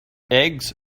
eggs